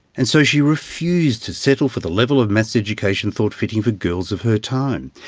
and so she refused to settle for the level of maths education thought fitting for girls of her time.